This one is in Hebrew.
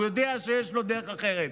הוא יודע שיש לו דרך אחרת.